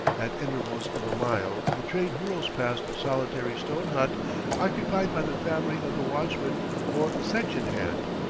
at intervals of a mile the train whirls past a solitary stone hut occupied by the family of the watchman or section-hand.